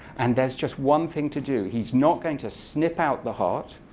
and there's just one thing to do. he's not going to snip out the heart